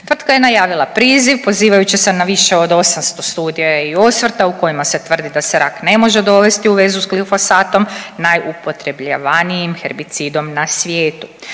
Tvrtka je najavila priziv pozivajući se na više od 800 studija i osvrta u kojima se tvrdi da se rak ne može dovesti u vezu s glifosatom najupotrebljivanijim herbicidom na svijetu.